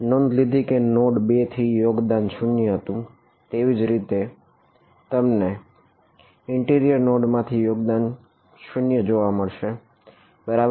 નોંધ લીધી કે નોડ માંથી યોગદાન 0 જોવા મળશે બરાબર